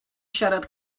siarad